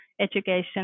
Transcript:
education